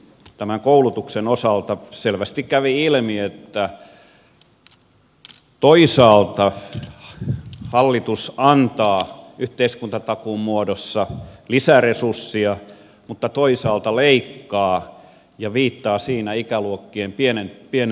tämän koulutuksen osalta selvästi kävi ilmi että toisaalta hallitus antaa yhteiskuntatakuun muodossa lisäresursseja mutta toisaalta leikkaa ja viittaa siinä ikäluokkien pienentymiseen